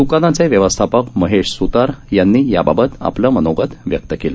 द्रकानाचे व्यवस्थापक महेश सुतार यांनी याबाबत आपलं मनोगत व्यक्त केलं